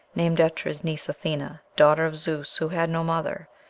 named after his niece athena, daughter of zeus, who had no mother,